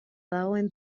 dagoen